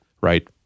right